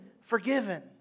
forgiven